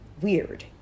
weird